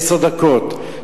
עשר דקות,